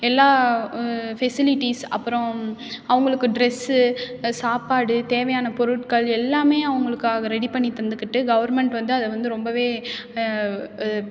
எல்லா ஃபெசிலிட்டிஸ் அப்புறம் அவங்களுக்கு ட்ரெஸ்ஸு சாப்பாடு தேவையானப் பொருட்கள் எல்லாமே அவங்களுக்காக ரெடி பண்ணி தந்துக்கிட்டு கவர்மெண்ட் வந்து அதை வந்து ரொம்பவே